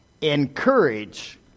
encourage